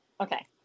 okay